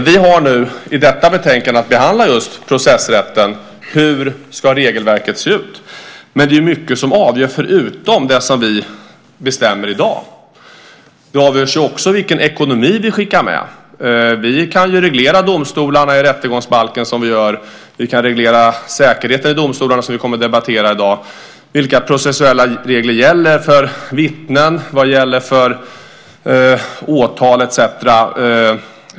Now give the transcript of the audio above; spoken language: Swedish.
Vi har nu i detta betänkande att behandla just processrätten, det vill säga hur regelverket ska se ut. Men det är ju mycket som avgör förutom det som vi bestämmer i dag. Något som också avgör är vilken ekonomi vi skickar med. Vi kan reglera domstolarna i rättegångsbalken som vi gör. Vi kan reglera säkerheten i domstolarna, vilket vi kommer att debattera i dag. Vilka processuella regler gäller för vittnen, åtal etcetera?